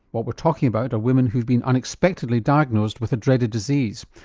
what we're talking about are women who've been unexpectedly diagnosed with a dreaded disease,